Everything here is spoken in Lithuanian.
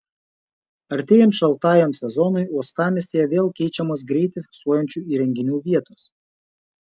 artėjant šaltajam sezonui uostamiestyje vėl keičiamos greitį fiksuojančių įrenginių vietos